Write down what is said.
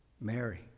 Mary